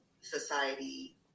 society